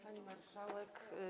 Pani Marszałek!